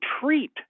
treat